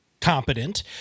competent